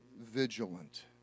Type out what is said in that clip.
vigilant